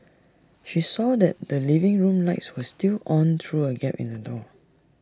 she saw that the living room lights were still on through A gap in the door